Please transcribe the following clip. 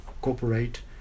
cooperate